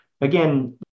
again